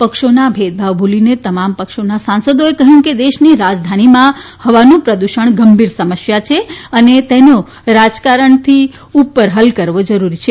પક્ષોના ભેદભાવ ભુલીને તમામ પક્ષોના સાંસદોએ કહ્યું હતું કે દેશની રાજધાનીમાં હવાનું પ્રદુષણ ગંભીર સમસ્યા છે અને તેનો રાજકારણથી પર હલ કરવો જરૂરી છે